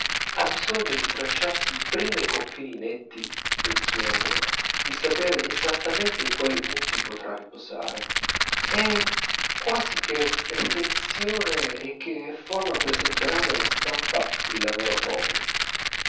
ha bisogno di tracciarsi prima i confini netti del suo lavoro di sapere esattamente in quali punti potrà riposare e quasi che estensione e che forma presenterà nella stampa il lavoro proprio